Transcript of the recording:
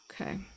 okay